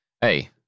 hey